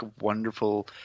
wonderful